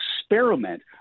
experiment